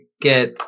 get